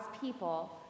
people